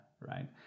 right